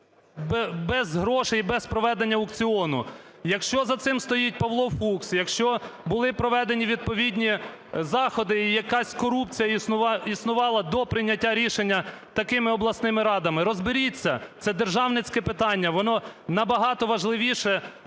без грошей, без проведення аукціону. Якщо за цим стоїть Павло Фукс, якщо були проведені відповідні заходи і якась корупція існувала до прийняття рішення такими обласними радами, розберіться. Це державницьке питання, воно набагато важливіше